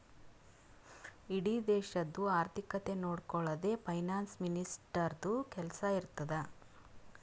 ಇಡೀ ದೇಶದು ಆರ್ಥಿಕತೆ ನೊಡ್ಕೊಳದೆ ಫೈನಾನ್ಸ್ ಮಿನಿಸ್ಟರ್ದು ಕೆಲ್ಸಾ ಇರ್ತುದ್